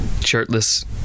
shirtless